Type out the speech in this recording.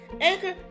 Anchor